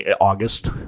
August